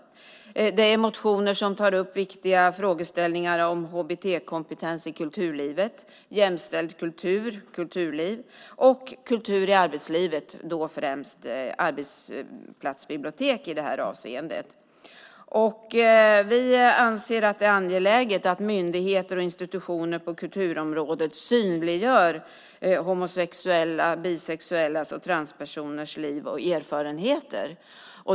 Det är motioner som tar upp viktiga frågeställningar om HBT-kompetens i kulturlivet och ett jämställt kulturliv och kultur i arbetslivet - främst arbetsplatsbibliotek. Vi anser att det är angeläget att myndigheter och institutioner på kulturområdet synliggör homosexuellas, bisexuellas och transpersoners liv och erfarenheter.